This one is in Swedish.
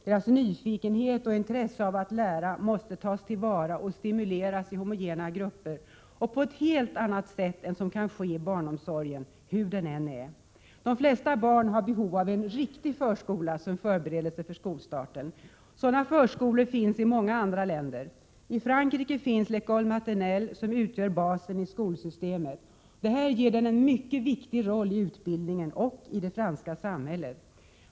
Deras nyfikenhet och intresse av att lära måste tas till vara och stimuleras i homogena grupper och på ett helt annat sätt än som kan ske i barnomsorgen — hur den än är. De flesta barn har behov av en ”riktig” förskola som förberedelse för skolstarten. Sådana förskolor finns i många andra länder. I Frankrike finns ”F'ecole maternelle” som utgör basen i skolsystemet. Detta ger den en mycket viktig roll i utbildningen och i det franska samhället.